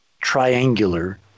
triangular